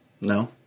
No